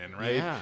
right